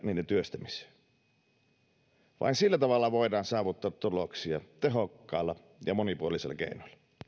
työstämiseen vain sillä tavalla voidaan saavuttaa tuloksia tehokkailla ja monipuolisilla keinoilla